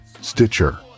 Stitcher